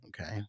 Okay